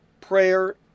prayer